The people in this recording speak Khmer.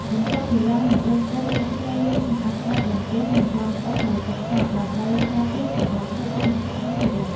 បន្ទាប់ពីឡើងមកលើគោក អ្នកត្រូវលាងសម្អាតក្តារបន្ទះ និងដងអុំដោយទឹកសាប ដើម្បីការពារកុំឱ្យខូចគុណភាពសម្ភារៈ។